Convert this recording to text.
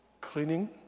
cleaning